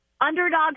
underdog